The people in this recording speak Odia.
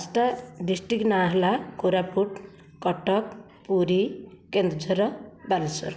ପାଞ୍ଚ ଟା ଡିସଷ୍ଟିକ ନା ହେଲା କୋରାପୁଟ କଟକ ପୁରୀ କେନ୍ଦୁଝର ବାଲେଶ୍ୱର